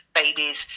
babies